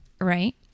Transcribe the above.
Right